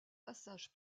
passage